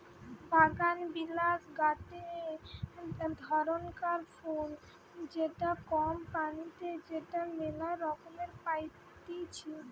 বাগানবিলাস গটে ধরণকার ফুল যেটা কম পানিতে যেটা মেলা রঙে পাইতিছি